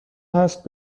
هست